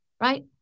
right